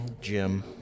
jim